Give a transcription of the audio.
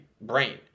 brain